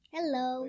Hello